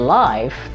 life